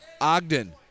Ogden